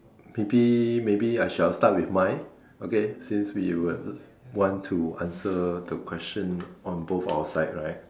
maybe maybe I shall start with mine okay since we would want to answer the question on both our side right